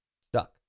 stuck